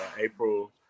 april